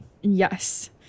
Yes